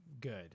good